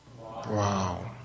Wow